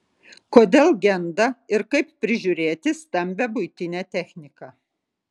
kodėl genda ir kaip prižiūrėti stambią buitinę techniką